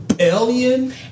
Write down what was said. Alien